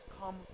come